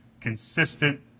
consistent